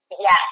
Yes